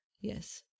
Yes